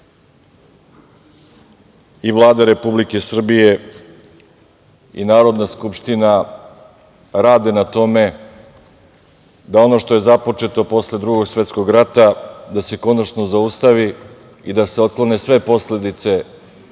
i Vlada Republike Srbije i Narodna skupština rade na tome da ono što je započeto posle Drugog svetskog rata da se konačno zaustavi i da otklone sve posledice